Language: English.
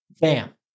Bam